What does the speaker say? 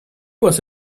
was